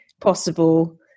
possible